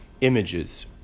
images